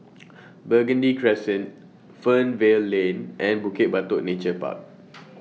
Burgundy Crescent Fernvale Lane and Bukit Batok Nature Park